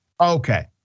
Okay